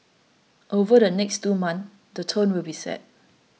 over the next two months the tone will be set